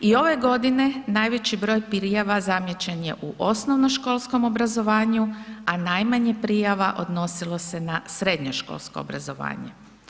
I ove godine najveći broj prijava zamijećen je u osnovnoškolskom obrazovanju a najmanje prijava odnosilo se na srednjoškolsko obrazovanje.